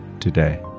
today